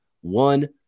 one